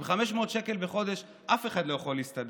עם 500 שקל בחודש אף אחד לא יכול להסתדר.